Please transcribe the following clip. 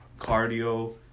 cardio